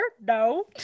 No